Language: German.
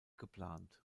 geplant